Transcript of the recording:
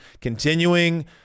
continuing